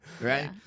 Right